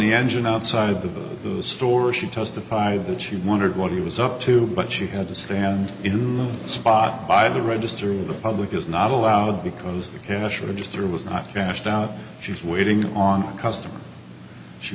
the engine outside the store she testified that she wondered what he was up to but she had to stand in the spot by the register of the public is not allowed because the cash register was not cashed out she was waiting on customers she